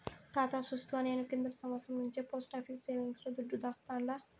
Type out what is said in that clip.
తాతా సూస్తివా, నేను కిందటి సంవత్సరం నుంచే పోస్టాఫీసు సేవింగ్స్ ల దుడ్డు దాస్తాండా